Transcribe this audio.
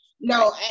no